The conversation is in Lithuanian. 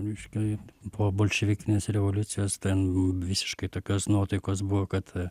reiškia po bolševikinės revoliucijos ten visiškai tokios nuotaikos buvo kad